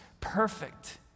perfect